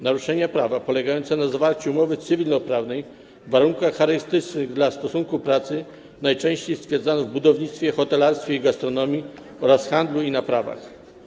Naruszenia prawa polegające na zawarciu umowy cywilnoprawnej w warunkach charakterystycznych dla stosunku pracy najczęściej stwierdzano w budownictwie, hotelarstwie i gastronomii oraz w handlu i naprawach.